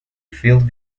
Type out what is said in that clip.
filled